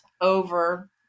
over